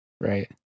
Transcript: Right